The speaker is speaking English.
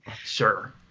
sure